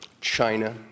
China